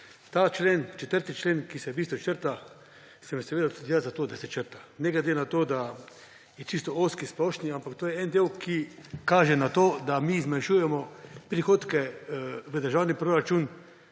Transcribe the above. ta člen, 4. člen, ki se črta, sem seveda tudi jaz za to, da se črta. Ne glede na to, da je čisto ozek, splošen, ampak to je en del, ki kaže na to, da mi zmanjšujemo prihodke v državni proračun